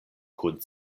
kun